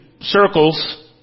circles